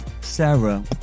Sarah